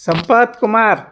Sampath Kumar